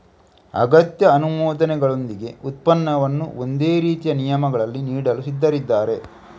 ಅಗತ್ಯ ಅನುಮೋದನೆಗಳೊಂದಿಗೆ ಉತ್ಪನ್ನವನ್ನು ಒಂದೇ ರೀತಿಯ ನಿಯಮಗಳಲ್ಲಿ ನೀಡಲು ಸಿದ್ಧರಿದ್ದಾರೆ